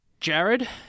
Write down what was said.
Jared